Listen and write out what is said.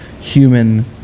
human